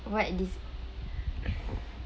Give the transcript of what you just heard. what dis~